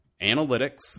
analytics